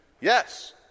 Yes